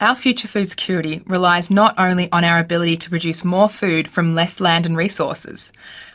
our future food security relies not only on our ability to produce more food from less land and resources